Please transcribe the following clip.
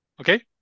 Okay